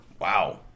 Wow